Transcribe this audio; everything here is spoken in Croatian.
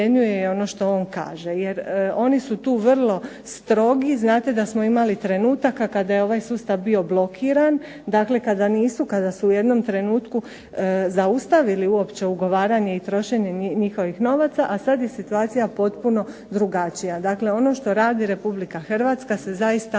oni su tu vrlo strogi. Znate da smo imali trenutaka kada je ovaj sustav bio blokiran, dakle kada nisu, kada su u jednom trenutku zaustavili uopće ugovaranje i trošenje njihovih novaca, a sad je situacija potpuno drugačija. Dakle, ono što radi Republika Hrvatska se zaista